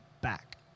back